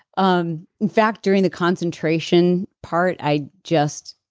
um in fact during the concentration part i just.